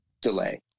delay